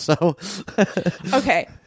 Okay